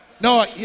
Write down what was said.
No